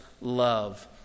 love